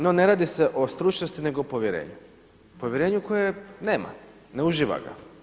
No ne radi se o stručnosti, nego o povjerenju, povjerenju koje nema, ne uživa ga.